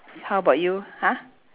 how about you !huh!